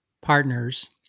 partners